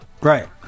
Right